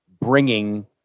bringing